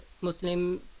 Muslim